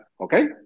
Okay